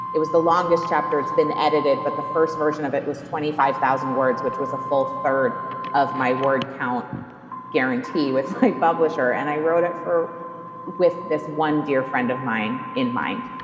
it was the longest chapter, it's been edited, but the first version of it was twenty five thousand words, which was a full third of my word count guarantee with my publisher and i wrote it with this one dear friend of mine in mind,